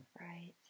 Right